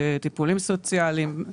טיפולים סוציאליים,